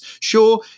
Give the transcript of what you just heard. Sure